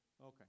Okay